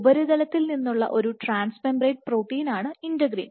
ഉപരിതലത്തിൽ നിന്നുള്ള ഒരു ട്രാൻസ് മെംബ്രൻ പ്രോട്ടീനാണ് ഇന്റഗ്രിൻ